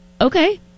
Okay